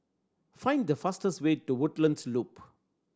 find the fastest way to Woodlands Loop